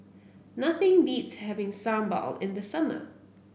nothing beats having sambal in the summer